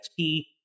XP